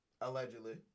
Allegedly